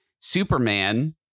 Superman